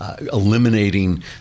eliminating